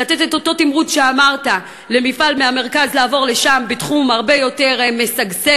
לתת את אותו תמרוץ שאמרת למפעל מהמרכז בתחום הרבה יותר משגשג,